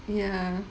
ya